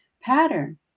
pattern